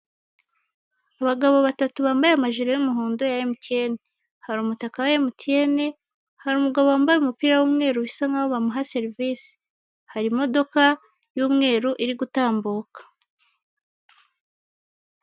Abagabo batatu bambaye amajire y'umuhondo ya MTN, hari umutaka wa MTN, hari umugabo wambaye umupira w'umweru bisa nkaho bamuha serivise, hari imodoka y'umweru iri gutambuka.